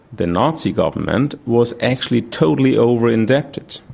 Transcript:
the nazi government, was actually totally over-indebted.